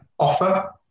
offer